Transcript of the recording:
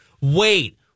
wait